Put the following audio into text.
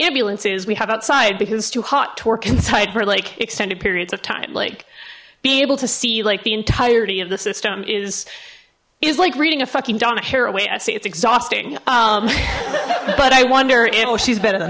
ambulances we have outside because it's too hot to work inside for like extended periods of time like being able to see like the entirety of the system is is like reading a fucking donna haraway i say it's exhausting but i wonder if she's better than